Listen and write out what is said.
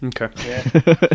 Okay